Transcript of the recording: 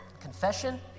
confession